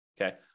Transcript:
okay